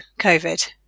COVID